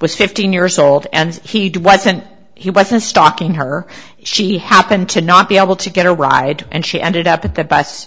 was fifteen years old and he did wasn't he wasn't stalking her she happened to not be able to get a ride and she ended up at the bus